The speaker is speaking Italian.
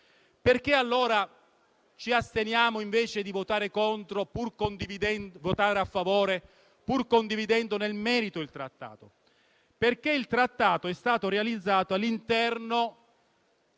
Perché allora ci asteniamo invece di votare a favore, pur condividendo nel merito il Trattato? Lo facciamo perché è stato realizzato all'interno